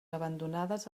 abandonades